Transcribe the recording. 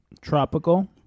Tropical